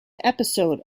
episode